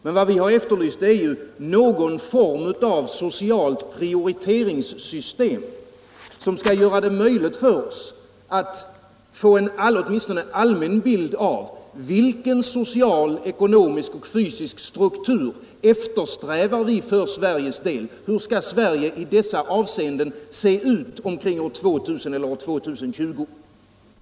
Men vad vpk efterlyst är någon form av ett socialt prioriteringssystem som skall göra det möjligt för oss att få åtminstone en allmän bild av vilken social, ekonomisk och fysisk struktur vi för Sveriges del bör eftersträva, dvs. av hur vi vill att Sverige skall se ut i dessa avseenden omkring år 2000 eller 2020.